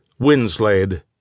Winslade